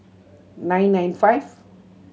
nine nine five